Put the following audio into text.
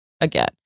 again